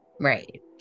Right